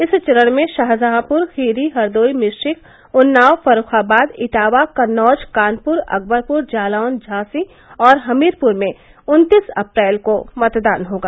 इस चरण में शाहजहांपुर खीरी हरदोई मिश्रिख उन्लाव फर्रूखाबाद इटावा कन्नौज कानपुर अकबरपुर जालौन झांसी और हमीरपुर में उन्तीस अप्रैल को मतदान होगा